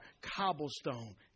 cobblestone